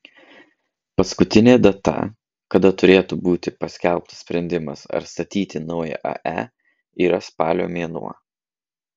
paskutinė data kada turėtų būti paskelbtas sprendimas ar statyti naują ae yra spalio mėnuo